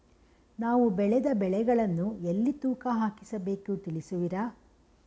ನಾವು ಬೆಳೆದ ಬೆಳೆಗಳನ್ನು ಎಲ್ಲಿ ತೂಕ ಹಾಕಿಸಬೇಕು ತಿಳಿಸುವಿರಾ?